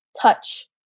touch